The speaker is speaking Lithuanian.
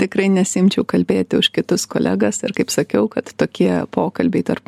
tikrai nesiimčiau kalbėti kitus kolegas ir kaip sakiau kad tokie pokalbiai tarp